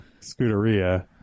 scuderia